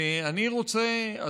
ואני רוצה,